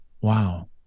Wow